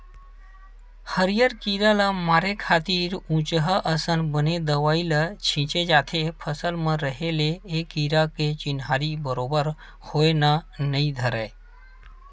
हरियर कीरा ल मारे खातिर उचहाँ असन बने दवई ल छींचे जाथे फसल म रहें ले ए कीरा के चिन्हारी बरोबर होय ल नइ धरय